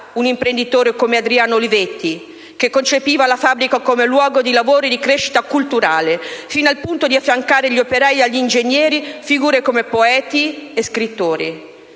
un imprenditore come Adriano Olivetti, che concepiva la fabbrica come luogo di lavoro e di crescita culturale, fino al punto di affiancare agli operai e agli ingegneri figure come poeti e scrittori?